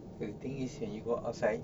the thing is when you go outside